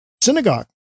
synagogue